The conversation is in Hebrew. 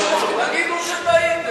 תגידו שטעיתם.